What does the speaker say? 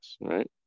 right